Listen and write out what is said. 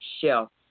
shelf